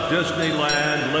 Disneyland